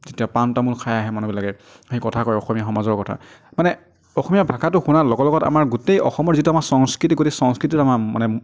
যেতিয়া পাণ তামোল খাই আহে মানুহবিলাকে সেই কথা কয় অসমীয়া সমাজৰ কথা মানে অসমীয়া ভাষাটো শুনাৰ লগত লগত আমাৰ গোটেই অসমৰ যিটো আমাৰ সংস্কৃতি গোটেই সংস্কৃতিটো আমাৰ মানে